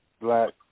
Black